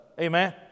Amen